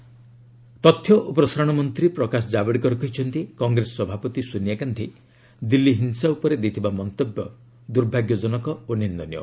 ଜାବଡେକର ଦିଲ୍ଲୀ ତଥ୍ୟ ଓ ପ୍ରସାରଣ ମନ୍ତ୍ରୀ ପ୍ରକାଶ ଜାବଡେକର କହିଛନ୍ତି କଂଗ୍ରେସ ସଭାପତି ସୋନିଆ ଗାନ୍ଧି ଦିଲ୍ଲୀ ହିଂସା ଉପରେ ଦେଇଥିବା ମନ୍ତବ୍ୟ ଦୁର୍ଭାଗ୍ୟଜନକ ଓ ନିନ୍ଦନୀୟ